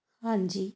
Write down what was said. ਹਾਂਜੀ